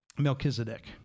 Melchizedek